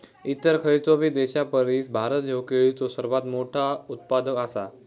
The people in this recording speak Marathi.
इतर खयचोबी देशापरिस भारत ह्यो केळीचो सर्वात मोठा उत्पादक आसा